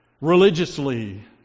religiously